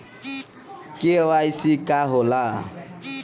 KYC का होला?